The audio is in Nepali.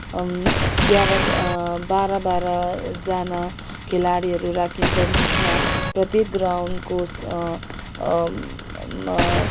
ग्यारह बाह्र बाह्र जाना खेलाडीहरू राखिन्छन् जसमा प्रत्येक ग्राउन्डको